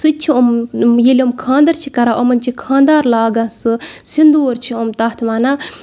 سُہ تہِ چھِ یِم ییٚلہِ یِم خاندَر چھِ کَران یِمَن چھِ خاندار لاگان سُہ سِندوٗر چھِ یِم تَتھ وَنان